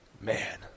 man